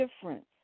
difference